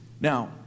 now